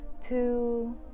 two